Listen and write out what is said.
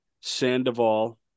Sandoval